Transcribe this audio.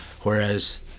Whereas